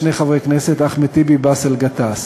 שני חברי כנסת: אחמד טיבי ובאסל גטאס,